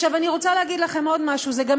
אני רוצה להגיד לכם עוד משהו: זה גם